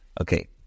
Okay